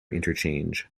interchange